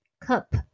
cup